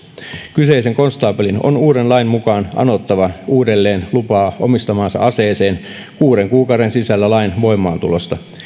kyseisen konstaapelin on uuden lain mukaan anottava uudelleen lupaa omistamaansa aseeseen kuuden kuukauden sisällä lain voimaantulosta